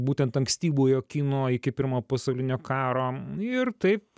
būtent ankstyvojo kino iki pirmo pasaulinio karo ir taip